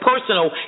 personal